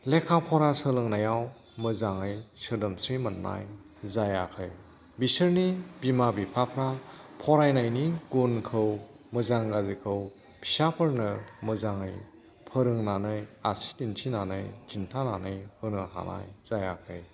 लेखा फरा सोलोंनायाव मोजाङै सोदोमस्रि मोननाय जायाखै बिसोरनि बिमा बिफाफ्रा फरायनायनि गुनखौ मोजां गाज्रिखौ फिसाफोरनि मोजाङै फोरोंनानै आसि दिन्थिनानै खिन्थानानै होनो हानाय जायाखै